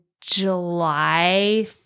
July